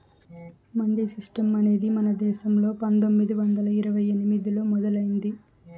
mandi system అనేది మన దేశంలో పందొమ్మిది వందల ఇరవై ఎనిమిదిలో మొదలయ్యింది